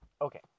Okay